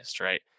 right